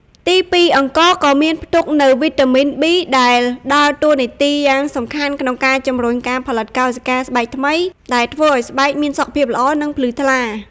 ទីពីរ អង្ករក៏មានផ្ទុកនូវ វីតាមីន ប៊ី ដែលដើរតួនាទីយ៉ាងសំខាន់ក្នុងការជំរុញការផលិតកោសិកាស្បែកថ្មី ដែលធ្វើឱ្យស្បែកមានសុខភាពល្អ និងភ្លឺថ្លា។